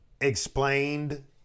Explained